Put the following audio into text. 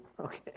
Okay